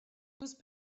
use